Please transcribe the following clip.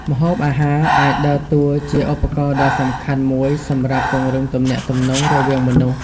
ម្ហូបអាហារអាចដើរតួជាឧបករណ៍ដ៏សំខាន់មួយសម្រាប់ពង្រឹងទំនាក់ទំនងរវាងមនុស្ស។